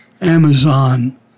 Amazon